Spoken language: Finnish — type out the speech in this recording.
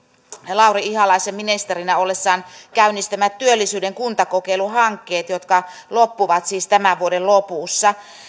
lauri ihalaisen ministerinä ollessaan käynnistämät työllisyyden kuntakokeiluhankkeet jotka loppuvat siis tämän vuoden lopussa